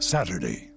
Saturday